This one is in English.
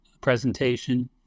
presentation